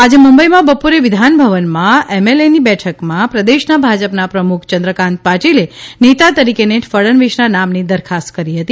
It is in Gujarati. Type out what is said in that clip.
આજે મુંબઇમાં બપોરે વિધાનભવનમાં એમએલએની બેઠકમાં પ્રદેશના ભાજપના પ્રમુખ ચંદ્રકાંત પાટીલે નેતા તરીકેની ફડણવીસના નામની દરખાસ્ત કરી હતી